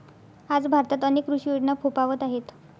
आज भारतात अनेक कृषी योजना फोफावत आहेत